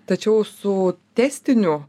tačiau su testiniu